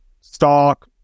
stock